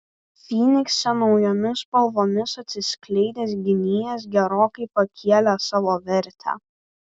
fynikse naujomis spalvomis atsiskleidęs gynėjas gerokai pakėlė savo vertę